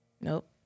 Nope